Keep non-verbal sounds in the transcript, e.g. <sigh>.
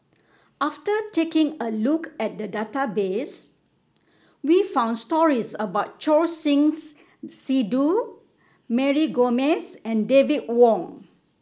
after taking a look at the database we found stories about Choor Singh <unintelligible> Sidhu Mary Gomes and David Wong